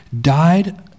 died